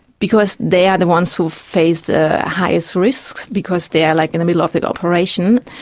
because they are the ones who face the highest risks because they are like in the middle of the operation,